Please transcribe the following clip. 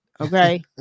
Okay